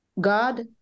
God